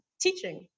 teaching